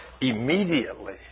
immediately